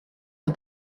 the